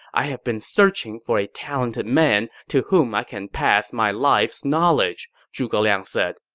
i have been searching for a talented man to whom i can pass my life's knowledge, zhuge liang said.